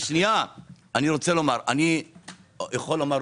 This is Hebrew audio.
שכשיהיה הסכום, נגיד את זה